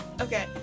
Okay